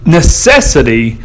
necessity